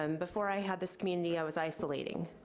um before i had this community i was isolating.